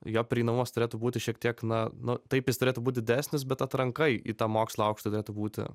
jo prieinamumas turėtų būti šiek tiek na nu taip jis turėtų būt didesnis bet atranka į tą mokslą aukštą turėtų būti